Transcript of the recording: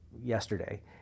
yesterday